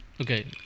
Okay